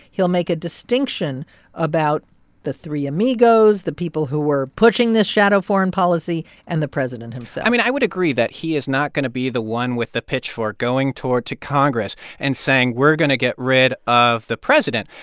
he'll make a distinction about the three amigos, the people who were pushing this shadow foreign policy and the president himself i mean, i would agree that he is not going to be the one with the pitchfork going toward to congress and saying, we're going to get rid of the president.